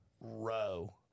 row